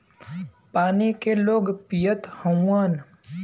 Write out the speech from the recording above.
पानी के लोग पियत हउवन